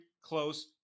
close